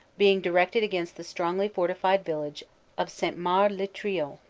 being directed against the strongly fortified village of st. mard-iez-triot.